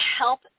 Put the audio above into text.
help